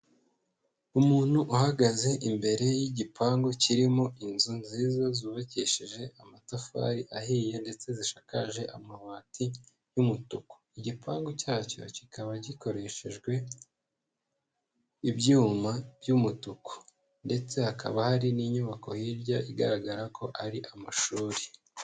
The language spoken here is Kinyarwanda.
Umuntu uhagaze imbere y'igipangu kirimo inzu nziza zubakishije amatafari ahiye ndetse zishakaje amabati y'umutuku, igipangu cyacyo kikaba gikoreshejwe ibyuma by'umutuku ndetse hakaba hari n'inyubako hirya igaragara ko ari amashuri.